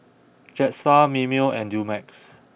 Jetstar Mimeo and Dumex